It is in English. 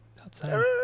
Outside